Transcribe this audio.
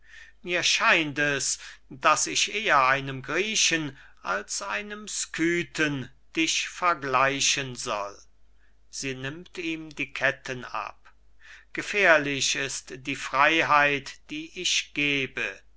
mir scheint es daß ich eher einem griechen als einem scythen dich vergleichen soll sie nimmt ihm die ketten ab gefährlich ist die freiheit die ich gebe